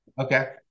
Okay